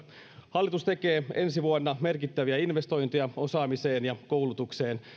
hallitus tekee ensi vuonna merkittäviä investointeja osaamiseen ja koulutukseen